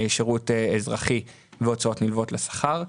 שירות אזרחי והוצאות נלוות לשכר.